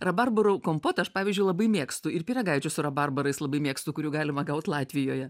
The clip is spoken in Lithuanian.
rabarbarų kompotą aš pavyzdžiui labai mėgstu ir pyragaičius rabarbarais labai mėgstu kurių galima gaut latvijoje